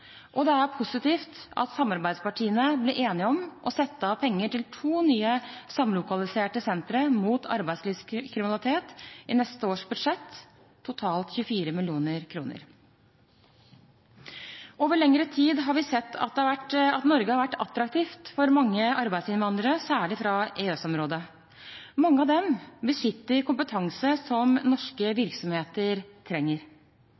og det er positivt at samarbeidspartiene ble enige om å sette av penger til to nye samlokaliserte sentre mot arbeidslivskriminalitet i neste års budsjett – totalt 24 mill. kr. Over lengre tid har vi sett at Norge har vært attraktivt for mange arbeidsinnvandrere, særlig fra EØS-området. Mange av dem besitter kompetanse som norske virksomheter trenger.